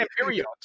Period